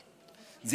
גיסא.